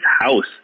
house